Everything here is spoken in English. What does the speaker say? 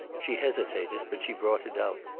she hesitated, but she brought it out.